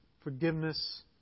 forgiveness